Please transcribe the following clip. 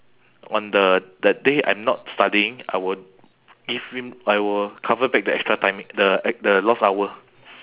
on the that day I'm not studying I will give him I will cover back the extra time the the lost hour